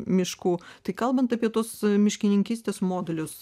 miškų tai kalbant apie tuos miškininkystės modulius